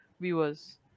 viewers